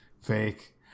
fake